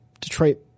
Detroit